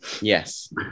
Yes